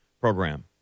program